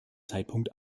zeitpunkt